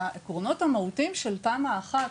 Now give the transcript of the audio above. שהעקרונות המהותיים של תמ"א 1,